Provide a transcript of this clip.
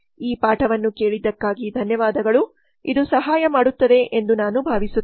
ಈ ಪಾಠವನ್ನು ಕೇಳಿದ್ದಕ್ಕಾಗಿ ಧನ್ಯವಾದಗಳು ಇದು ಸಹಾಯ ಮಾಡುತ್ತದೆ ಎಂದು ನಾನು ಭಾವಿಸುತ್ತೇನೆ